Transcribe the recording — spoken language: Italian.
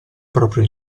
proprio